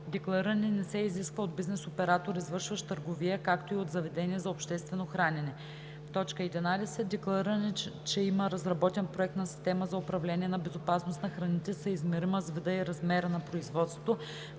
деклариране не се изисква от бизнес оператор, извършващ търговия, както и от заведения за обществено хранене; 11. деклариране, че има разработен проект на система за управление на безопасността на храните, съизмерима с вида и размера на производството,